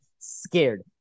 scared